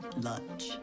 lunch